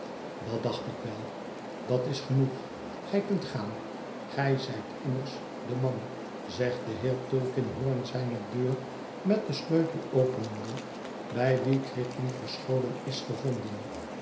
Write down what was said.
dat dacht ik wel dat is genoeg gij kunt gaan gij zijt immers de man zegt de heer tulkinghorn zijne deur met den sleutel openende bij wien gridley verscholen is gevonden